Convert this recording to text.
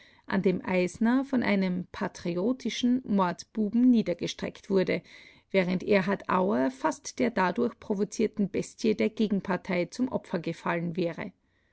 an dem eisner von einem patriotischen mordbuben niedergestreckt wurde während erhard auer fast der dadurch provozierten bestie der gegenpartei zum opfer gefallen wäre